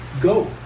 go